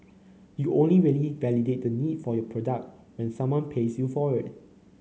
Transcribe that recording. you only really validate the need for your product when someone pays you for it